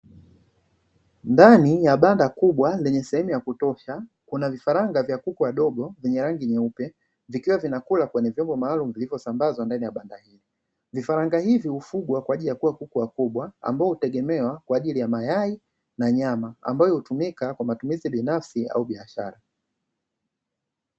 Ndani ya banda kubwa lenye sehemu ya kutosha kuna vifaranga vya kuku wadogo wenye rangi nyeupe, vikiwa vinakula kwenye vyombo maalumu vilivyosambazwa ndani ya banda hilo. Vifaranga hivi hufugwa kwa ajili ya kuwa kuku wakubwa ambao hutegemewa kwa ajili ya mayai na nyama ambayo hutumika kwa matumizi binafsi au biashara.